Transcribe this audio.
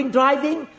driving